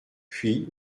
puis